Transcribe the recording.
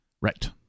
Right